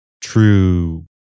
true